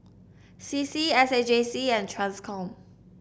C C S A J C and Transcom